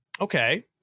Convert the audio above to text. Okay